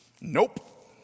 Nope